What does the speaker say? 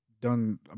done